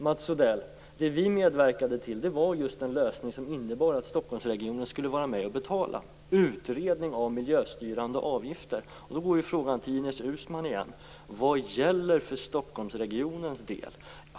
Mats Odell, det vi medverkade till var den lösning som innebar att Stockholmsregionen skulle vara med och betala - utredning om miljöstyrande avgifter. Då går frågan till Ines Uusmann igen: Vad gäller för Stockholmsregionens del?